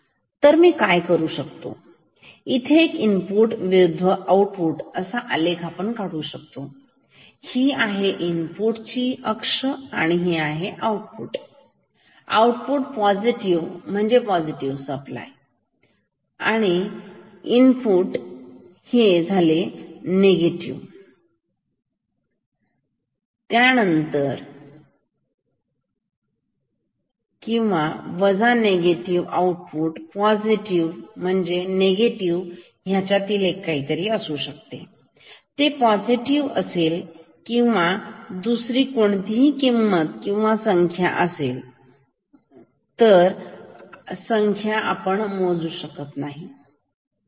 तर मी काय करू शकतो येथे इनपुट विरुद्ध आऊटपुट असा आलेख काढू शकतो तर ही आहे इनपुट आणि हे आउटपुट आणि पॉझिटिव्ह म्हणजे पॉझिटिव्ह सप्लाय किंवा वजा निगेटिव्ह आउटपुट जे पॉझिटिव्ह अथवा म्हणजे निगेटिव्ह ह्यामधील एक असू शकते ते पॉझिटिव्ह किंवा यामधील इतर दुसरी कोणतीही किंमत किंवा संख्या असू शकत नाही